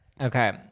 Okay